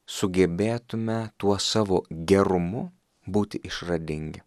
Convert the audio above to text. sugebėtumėme tuo savo gerumu būti išradingi